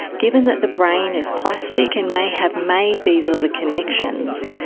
given that the brain is plastic and may have made these other connections,